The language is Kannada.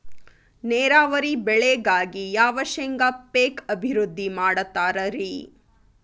ನೇರಾವರಿ ಬೆಳೆಗಾಗಿ ಯಾವ ಶೇಂಗಾ ಪೇಕ್ ಅಭಿವೃದ್ಧಿ ಮಾಡತಾರ ರಿ?